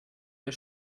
der